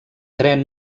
tren